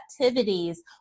activities